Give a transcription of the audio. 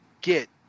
get